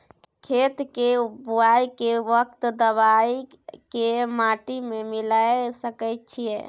खेत के बुआई के वक्त दबाय के माटी में मिलाय सके छिये?